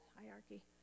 hierarchy